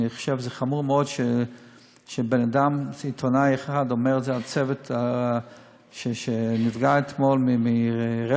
אני חושב שחמור מאוד שעיתונאי אחד אומר את זה על צוות שנפגע אתמול מרצח,